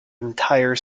entire